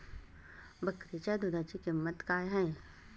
बकरीच्या दूधाची किंमत काय आहे?